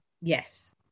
yes